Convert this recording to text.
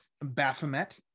baphomet